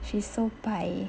she's so 白